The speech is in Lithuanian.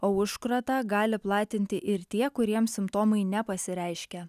o užkratą gali platinti ir tie kuriems simptomai nepasireiškia